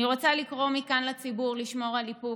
אני רוצה לקרוא מכאן לציבור לשמור על איפוק.